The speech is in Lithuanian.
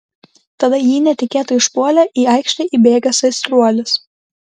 tada jį netikėtai užpuolė į aikštę įbėgęs aistruolis